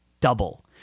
Double